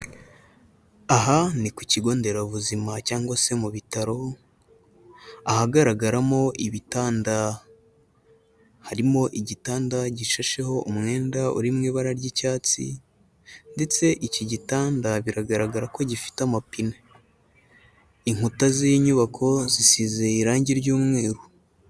Aha ni ku kigo nderabuzima cyangwa se mu bitaro, ahagaragaramo ibitanda. Harimo igitanda gishasheho umwenda uri mu ibara ry'icyatsi, ndetse iki gitanda biragaragara ko gifite amapine. Inkuta z'iyi nyubako, zisize irange ry'umweru,